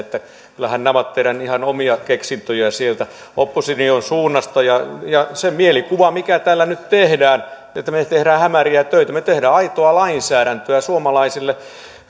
kyllähän nämä ovat ihan teidän omia keksintöjänne sieltä opposition suunnasta ja ja se mielikuva mitä täällä nyt tehdään että me teemme hämäriä töitä me teemme täällä aitoa lainsäädäntöä suomalaiselle